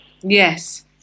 Yes